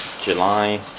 July